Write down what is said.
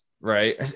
right